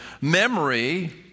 memory